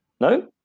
No